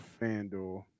FanDuel